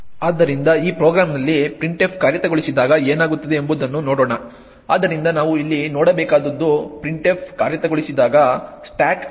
ಆದ್ದರಿಂದ ಈ ಪ್ರೋಗ್ರಾಂನಲ್ಲಿ printf ಕಾರ್ಯಗತಗೊಳಿಸಿದಾಗ ಏನಾಗುತ್ತದೆ ಎಂಬುದನ್ನು ನೋಡೋಣ ಆದ್ದರಿಂದ ನಾವು ಇಲ್ಲಿ ನೋಡಬೇಕಾದದ್ದು printf ಕಾರ್ಯಗತಗೊಳಿಸಿದಾಗ ಸ್ಟಾಕ್ ಆಗಿದೆ